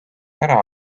ära